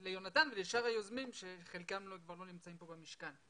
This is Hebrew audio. תודה ליונתן לשאר היוזמים שחלקם כבר לא נמצאים במשכן.